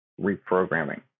reprogramming